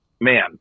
man